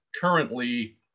currently